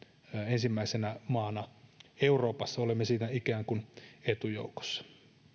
ensimmäisenä maana euroopassa olemme siinä ikään kuin etujoukossa